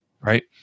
right